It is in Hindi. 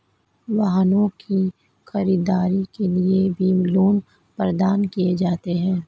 वाहनों की खरीददारी के लिये भी लोन प्रदान किये जाते हैं